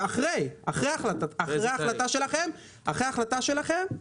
אחרי ההחלטה שלכם.